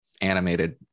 animated